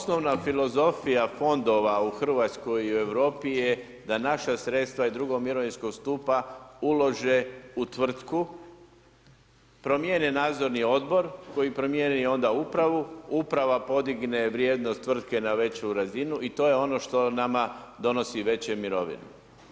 Osnovna filozofija fondova u Hrvatskoj i Europi je da naša sredstva i drugog mirovinsko stupa ulože u tvrtku, promijene nadzorni odbor koji promijeni onda Upravu, Uprava podigne vrijednost tvrtke na veću razinu i to je ono što nama donosi veće mirovine.